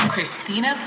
Christina